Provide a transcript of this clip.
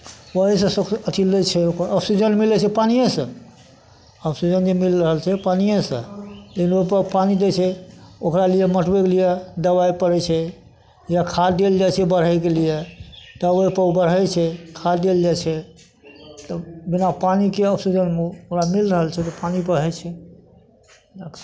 ओहिसँ सोख अथि लै छै ऑक्सिजन मिलै छै पानिएसँ ऑक्सिजन जे मिल रहल छै पानिएसँ ताहि दुआरे ओहिपर पानि दै छै ओकरा लिए मोटबैके लिए दबाइ पड़ै छै जे खाद देल जाइ छै बढ़यके लिए तब ओहिपर ओ बढ़ै छै खाद देल जाइ छै तऽ बिना पानिके ऑक्सिजन ओकरा मिल रहल छै तऽ पानिपर होइ छै